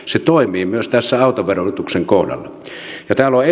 se toimii myös tässä autoverotuksen kohdalla